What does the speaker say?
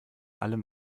allem